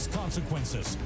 consequences